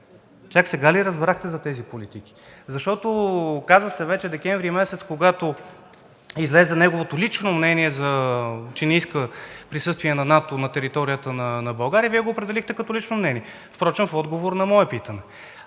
чак сега ли разбрахте за тези политики? Защото, оказа се вече, месец декември, когато излезе неговото лично мнение, че не иска присъствие на НАТО на територията на България, Вие го определихте като лично мнение – впрочем, в отговор на мое питане.